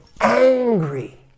angry